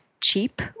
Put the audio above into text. cheap